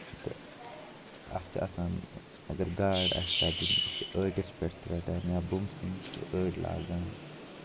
تہٕ اَتھ چھِ آسان اَگر گاڈ آسہِ رَٹٕنۍ یہِ چھِ ٲٹِس پٮ۪ٹھ تہِ رَٹان یا بُمسِنۍ چھِ ٲڑۍ لاگان